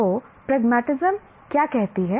तो प्रगमतिस्म क्या कहती है